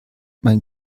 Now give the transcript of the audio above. mein